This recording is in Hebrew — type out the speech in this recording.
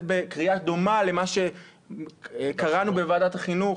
בקריאה דומה למה שקראנו בוועדת החינוך,